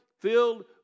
filled